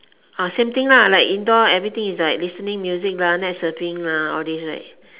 uh same thing lah like indoor everything is like listening music lah net surfing lah all this right